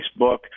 Facebook